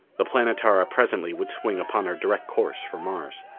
the planetara presently would swing upon her direct course for mars.